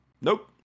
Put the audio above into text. Nope